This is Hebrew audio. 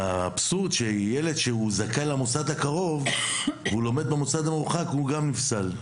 האבסורד הוא שילד שזכאי למוסד הקרוב ולומד במוסד המורחק גם הוא נפסל,